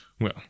Well